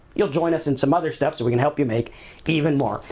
you'll join us in some other stuff so we can help you make even more.